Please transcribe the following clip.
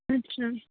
ਅੱਛਾ